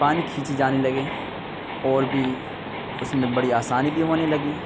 پانی کھینچے جانے لگے اور بھی اس میں بڑی آسانی بھی ہونے لگیں